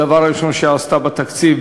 דבר ראשון שהיא עשתה בתקציב,